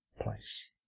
place